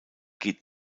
geht